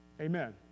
Amen